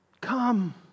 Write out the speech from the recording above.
Come